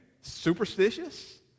superstitious